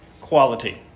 quality